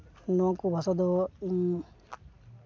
ᱱᱚᱣᱟᱠᱚ ᱵᱷᱟᱥᱟ ᱫᱚ